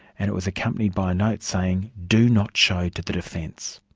and it was accompanied by a note saying do not show to the defence.